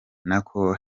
nako